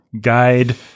guide